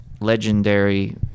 legendary